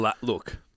Look